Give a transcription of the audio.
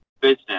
business